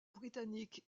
britanniques